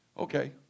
Okay